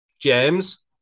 James